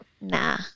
Nah